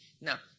Now